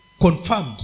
confirmed